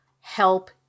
help